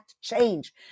change